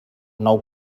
nou